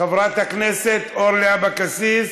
חברת הכנסת אורלי אבקסיס,